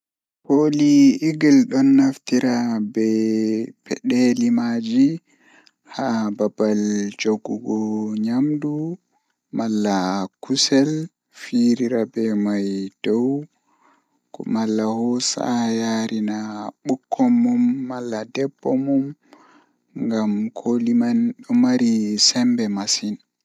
Jokkondir thermometer, miɗo waawi njiddude ko digital walla thermometer nder subaka. Jokkondir thermometer ngal e ndiyam ngam njiddaade, heɓe sabu so tawii njiddude nder kisal ngal. Fota njiddude sabu ndaarayde nder ɓandu ngal so tawii njiddude kaŋko. Holla ɗum ɓuri, jokkondir sabu ko njiddaade kaŋko.